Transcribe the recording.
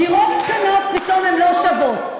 דירות קטנות פתאום הן לא שוות.